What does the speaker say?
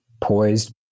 poised